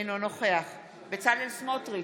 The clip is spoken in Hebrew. אינו נוכח בצלאל סמוטריץ'